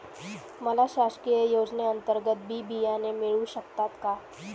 मला शासकीय योजने अंतर्गत बी बियाणे मिळू शकतात का?